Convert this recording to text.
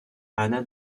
hannah